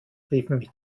riefen